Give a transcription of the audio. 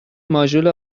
ماژول